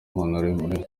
hon